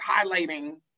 highlighting